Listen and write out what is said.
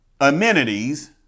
amenities